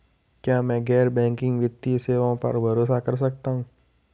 क्या मैं गैर बैंकिंग वित्तीय सेवाओं पर भरोसा कर सकता हूं?